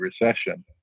recession